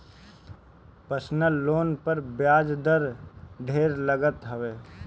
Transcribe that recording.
personal loan पर बियाज दर ढेर लागत हवे